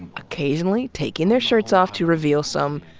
occasionally taking their shirts off to reveal some,